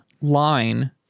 line